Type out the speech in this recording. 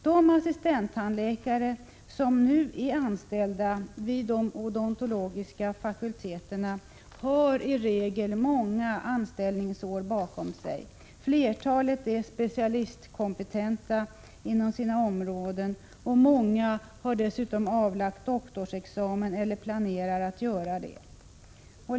De assistenttandläkare som nu är anställda vid de odontologiska fakulteterna har i regel många anställningsår bakom sig. Flertalet är specialistkompetenta inom sina områden, och många har avlagt doktorsexamen eller planerar att göra det.